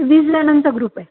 वीस जणांचा ग्रुप आहे